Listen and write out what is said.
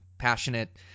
passionate